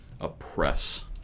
oppress